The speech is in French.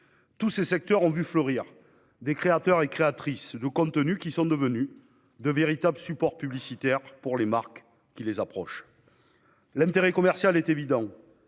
Tous ces secteurs ont vu émerger des créateurs de contenus, qui sont devenus de véritables supports publicitaires pour les marques qui les sollicitent. L'intérêt commercial est évident